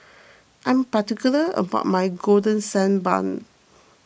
I'm particular about my Golden Sand Bun